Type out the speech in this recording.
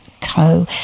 Co